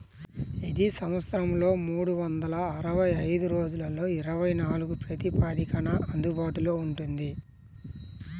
ఇది సంవత్సరంలో మూడు వందల అరవై ఐదు రోజులలో ఇరవై నాలుగు ప్రాతిపదికన అందుబాటులో ఉంటుంది